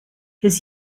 his